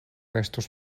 estus